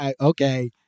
Okay